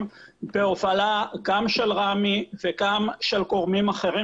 בהובלה גם של רמ"י וגם של גורמים אחרים,